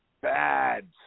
bad